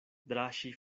draŝi